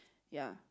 ya